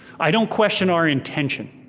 i don't question our intention.